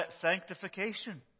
sanctification